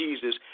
Jesus